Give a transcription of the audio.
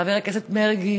חבר הכנסת מרגי